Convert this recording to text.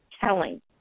telling